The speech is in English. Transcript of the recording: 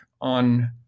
on